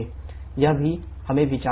यह भी हमें विचार करना होगा